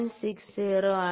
60 ആണ്